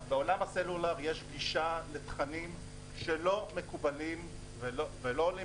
בעולם הסלולר יש גישה לתכנים שלא מקובלים ולא עולים